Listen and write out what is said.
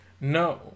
No